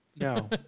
No